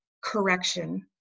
correction